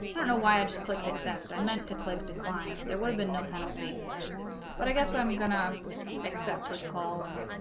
i don't know why i just clicked except i meant to click to climb there would have been no penalty but i guess i'm gonna accept his call and